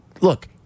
look